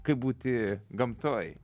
kaip būti gamtoj